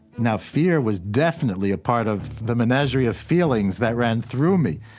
now, fear was definitely a part of the menagerie of feelings that ran through me.